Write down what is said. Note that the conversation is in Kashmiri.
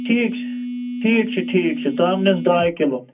ٹھیٖک چھُ ٹھیٖک چھُ ٹھیٖک چھُ ژامنٮ۪س ڈاے کِلو